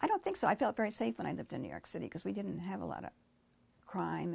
i don't think so i felt very safe when i lived in new york city because we didn't have a lot of crime